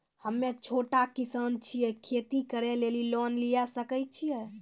हम्मे छोटा किसान छियै, खेती करे लेली लोन लिये सकय छियै?